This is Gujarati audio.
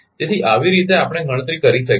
તેથી આવી રીતે કે આપણે ગણતરી કરી શકીએ